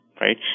right